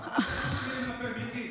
אל תכניס לי מילים לפה, מיקי.